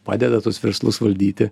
padeda tuos verslus valdyti